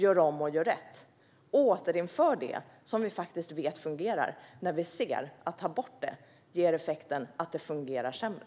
Gör om och gör rätt - återinför det som vi vet fungerar! Vi ser att effekten av att ta bort det är att det hela fungerar sämre.